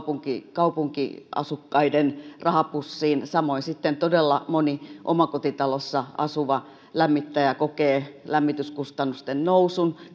kaupunkiasukkaiden rahapussiin samoin sitten todella moni omakotitalossa asuva lämmittäjä kokee lämmityskustannusten nousun